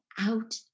out